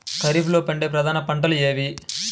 ఖరీఫ్లో పండే ప్రధాన పంటలు ఏవి?